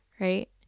right